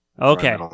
Okay